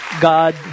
God